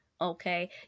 Okay